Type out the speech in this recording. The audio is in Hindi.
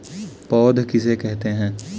पौध किसे कहते हैं?